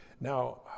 Now